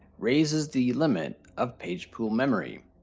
raises the limit of page pool memory.